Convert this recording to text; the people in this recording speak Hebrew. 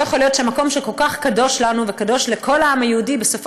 לא יכול להיות שהמקום שכל כך קדוש לנו וקדוש לכל העם היהודי בסופו